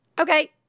Okay